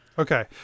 Okay